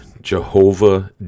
Jehovah